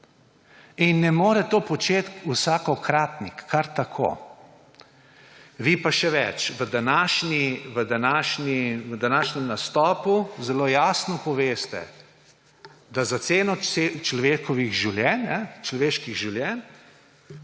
In ne more to početi vsakokratnik kar tako. Vi pa še več. V današnjem nastopu zelo jasno poveste, da za ceno človeških življenj bi še